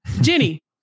Jenny